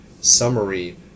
summary